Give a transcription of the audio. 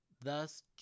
thus